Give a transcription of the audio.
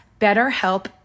BetterHelp